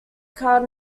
card